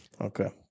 okay